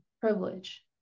privilege